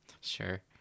sure